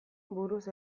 buruz